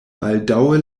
baldaŭe